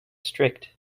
strict